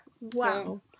Wow